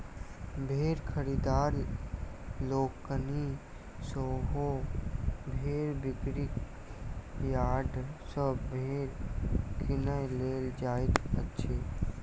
भेंड़ खरीददार लोकनि सेहो भेंड़ बिक्री यार्ड सॅ भेंड़ किनय लेल जाइत छथि